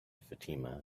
fatima